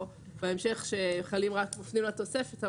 או בהמשך שמפנים לתוספת,